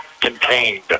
contained